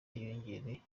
yiyongereye